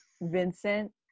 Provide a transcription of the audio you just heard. Vincent